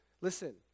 listen